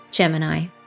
Gemini